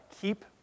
keep